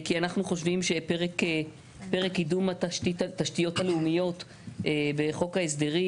אנחנו חושבים שפרק קידום התשתיות הלאומיות בחוק ההסדרים,